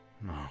No